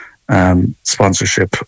sponsorship